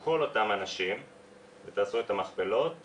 קודם כל הדיון הוא חשוב,